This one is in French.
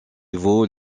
vaut